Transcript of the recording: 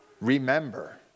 remember